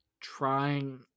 trying